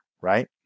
right